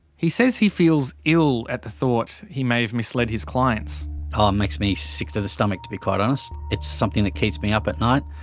he says he feels ill at the thought he may have misled his clients. oh, it makes me sick to the stomach to be quite honest. it's something that keeps me up at night.